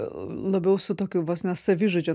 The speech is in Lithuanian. labiau su tokiu vos ne savižudžio